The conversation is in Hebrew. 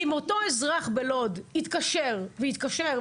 אם אותו אזרח בלוד התקשר והתקשר,